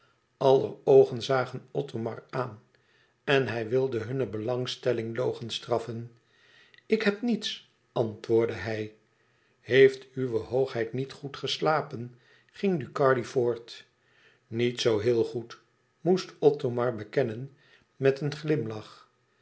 aller oogen zagen othomar aan en hij wilde hunne belangstelling logenstraffen ik heb niets antwoordde hij heeft uwe hoogheid niet goed geslapen ging ducardi voort niet zoo heel goed moest othomar bekennen met een glimlach